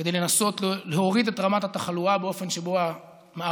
כדי לנסות להוריד את רמת התחלואה באופן שבו המערכת